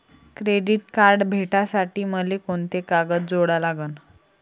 Credit card भेटासाठी मले कोंते कागद जोडा लागन?